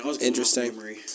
interesting